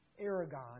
Aragon